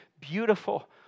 beautiful